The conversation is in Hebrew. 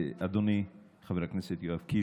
אדוני חבר הכנסת יואב קיש,